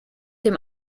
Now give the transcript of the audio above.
dem